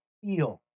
feel